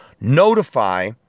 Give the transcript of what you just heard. notify